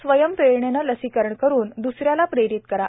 स्वयंप्रेरणेचे लसीकरण करुन द्रसऱ्याला प्रेरित करा